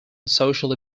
socially